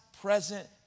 present